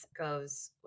goes